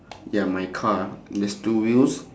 ya my car there's two wheels